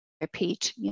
repeat